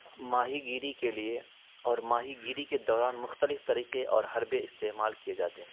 ماہی گیری کے لیے اور ماہی گیری کے دوران مختلف طریقے اور حربے استعمال کیے جاتے ہیں